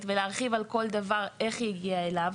ולהרחיב על כל דבר איך היא הגיעה אליו.